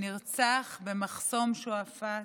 נרצח במחסום שועפאט,